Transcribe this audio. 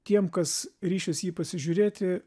tiem kas ryšis jį pasižiūrėti